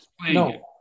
no